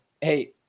hey